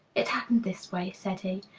it happened this way, said he.